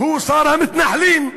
הוא שר המתנחלים,